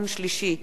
יום שלישי,